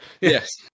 Yes